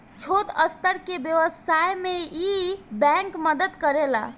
छोट स्तर के व्यवसाय में इ बैंक मदद करेला